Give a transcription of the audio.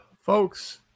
Folks